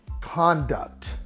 conduct